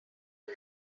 are